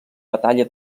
batalla